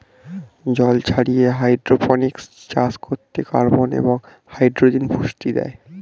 জল ছাড়িয়ে হাইড্রোপনিক্স চাষ করতে কার্বন এবং হাইড্রোজেন পুষ্টি দেয়